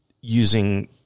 using